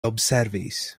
observis